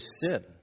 sin